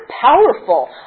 powerful